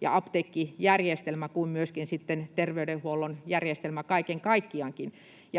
ja apteekkijärjestelmä että myöskin terveydenhuollon järjestelmä kaiken kaikkiaankin.